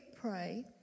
pray